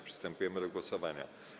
Przystępujemy do głosowania.